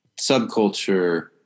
subculture